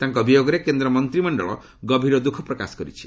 ତାଙ୍କ ବିୟୋଗରେ କେନ୍ଦ୍ର ମନ୍ତ୍ରିମଣ୍ଡଳ ଗଭୀର ଦୁଃଖପ୍ରକାଶ କରିଛି